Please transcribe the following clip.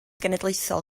genedlaethol